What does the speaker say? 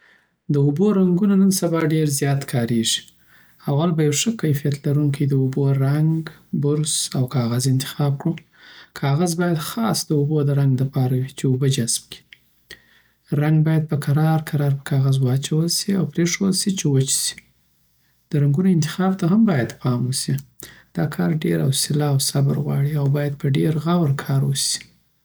داوبو رنګونه نن سبا ډیر زیات کاریږی اول به یو ښه کیفیت لرونکی د اوبو رنګ، برس، او کاغذ انتخاب کړو کاغذ باید خاص د اوبود رنګ د پاره وي چې اوبه جذب کړي. رنګ باید په کرار کرار په کاغد واچول سی او پریښول سی چی وچ سی درنګونو انتخاب ته هم باید پام وسی دا کار ډیر حوصله او صبر غواړی او باید دیر په غور کار وسی